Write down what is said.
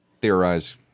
theorize